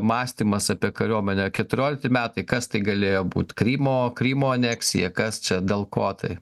mąstymas apie kariuomenę keturiolikti metai kas tai galėjo būt krymo krymo aneksija kas čia dėl ko tai